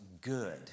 good